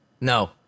No